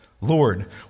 Lord